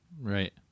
Right